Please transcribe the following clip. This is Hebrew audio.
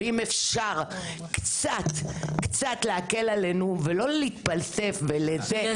ואם אפשר קצת להקל עלינו ולא להתפלסף וזה,